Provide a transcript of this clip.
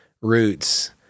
roots